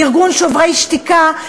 וארגון "שוברים שתיקה",